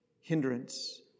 hindrance